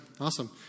Awesome